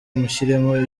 mushyiremo